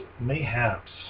Mayhaps